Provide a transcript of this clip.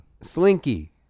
Slinky